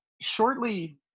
shortly